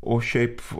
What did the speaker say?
o šiaip